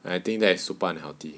and I think that is super unhealthy